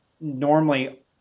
normally